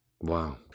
Wow